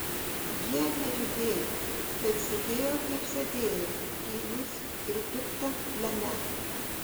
jie nejudėjo bet sėdėjo kaip sėdėję tylūs ir pikta lemią